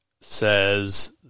says